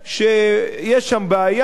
שיש שם בעיה,